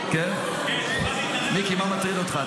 אני מוכן להתערב --- מיקי, מה מטריד אותך?